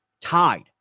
tied